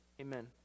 amen